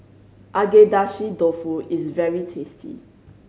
Agedashi Dofu is very tasty